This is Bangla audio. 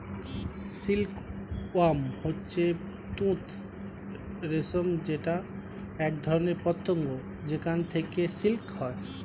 সিল্ক ওয়ার্ম হচ্ছে তুত রেশম যেটা একধরনের পতঙ্গ যেখান থেকে সিল্ক হয়